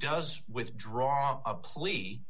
does withdraw a plea